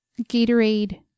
Gatorade